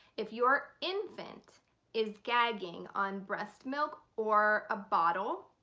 if your infant is gagging on breast milk or a bottle,